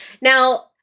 Now